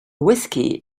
whiskey